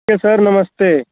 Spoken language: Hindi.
ठीक है सर नमस्ते